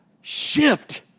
shift